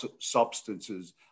substances